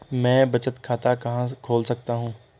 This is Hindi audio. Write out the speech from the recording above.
मैं बचत खाता कहां खोल सकता हूं?